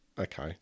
okay